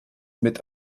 mit